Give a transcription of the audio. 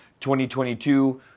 2022